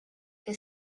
que